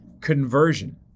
conversion